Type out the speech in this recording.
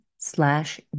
slash